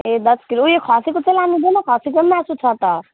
ए दस किलो उयो खसीको चाहिँ लानु हुँदैन खसीको पनि मासु छ त